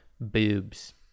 boobs